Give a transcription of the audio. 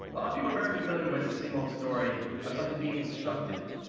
ah people are very familiar with the same old story of something being constructed,